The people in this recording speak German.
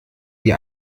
die